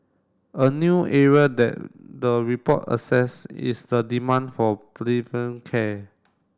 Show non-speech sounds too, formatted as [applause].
a new area that the report assess is the demand for [unintelligible] care